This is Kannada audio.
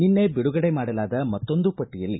ನಿನ್ನೆ ಬಿಡುಗಡೆ ಮಾಡಲಾದ ಮತ್ತೊಂದು ಪಟ್ಟಿಯಲ್ಲಿ